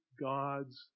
God's